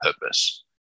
purpose